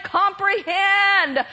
comprehend